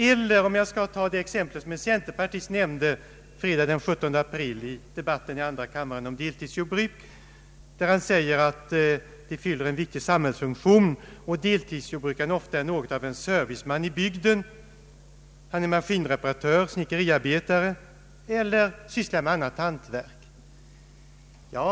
Ett annat exempel är det som en centerpartist nämnde fredagen den 17 april i debatten i andra kammaren om deltidsjordbruken. Han menade att dessa fyllde en viktig samhällsfunktion och att deltidsjordbrukaren ofta är något av en serviceman i bygden. Han är maskinreparatör, snickeriarbetare = eller sysslar med annat hantverk.